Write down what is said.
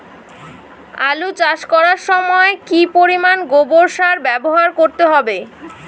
আলু চাষ করার সময় কি পরিমাণ গোবর সার ব্যবহার করতে হবে?